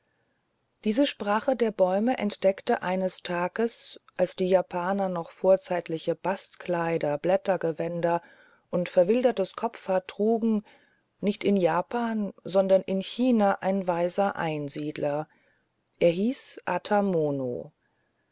diese sprache der bäume entdeckte eines tages als die japaner noch vorzeitliche bastkleider blättergewänder und verwildertes kopfhaar trugen nicht in japan sondern in china ein weiser einsiedler der hieß